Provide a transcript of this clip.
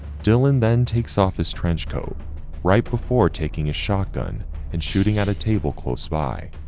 dylan then takes off his trench coat right before taking a shotgun and shooting at a table close by.